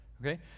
okay